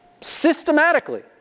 Systematically